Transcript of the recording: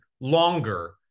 longer